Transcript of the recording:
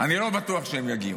אני לא בטוח שהם יגיעו.